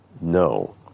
No